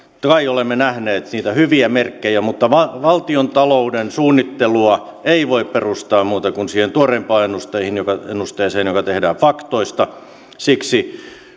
kai olemme nähneet niitä hyviä merkkejä mutta valtiontalouden suunnittelua ei voi perustaa muuta kuin siihen tuoreimpaan ennusteeseen joka ennusteeseen joka tehdään faktoista siksi